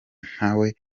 ntawe